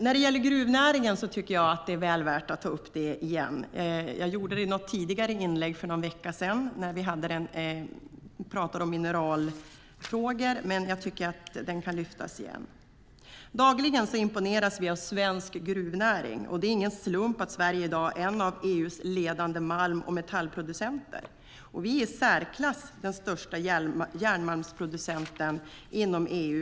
När det gäller gruvnäringen tycker jag att det är väl värt att ta upp det igen. Jag gjorde det i ett inlägg för någon vecka sedan när vi talade om mineralfrågor, men det kan lyftas fram igen. Vi imponeras dagligen av svensk gruvnäring, och det är ingen slump att Sverige i dag är en av EU:s ledande malm och metallproducenter. Sverige är den i särklass största järnmalmsproducenten inom EU.